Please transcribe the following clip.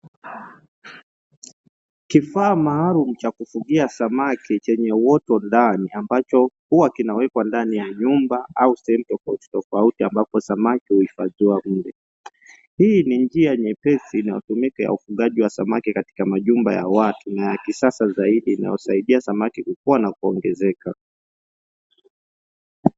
Kifaa maalumu cha kufugia samaki chenye uoto ndani ambacho huwa kinawekwa ndani ya nyumba au sehemu tofautitofauti ambapo samaki huifadhiwa mule. Hii ni njia nyepesi inayotumika ya ufugaji wa samaki katika majumba ya watu na ya kisasa zaidi inayosaidia samaki kukua na kuongezeka.